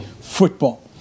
football